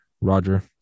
roger